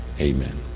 Amen